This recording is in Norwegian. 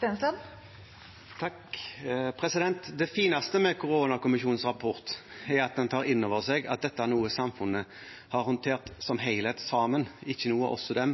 at den tar inn over seg at dette er noe samfunnet har håndtert som helhet sammen – ikke noe «oss» og «dem»,